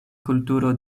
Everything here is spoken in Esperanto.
kulturo